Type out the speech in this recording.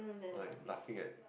like nothing at